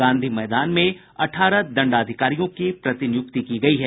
गांधी मैदान में अठारह दंडाधिकारियों की प्रतिनियुक्ति की गयी है